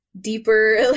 deeper